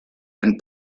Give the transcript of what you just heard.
and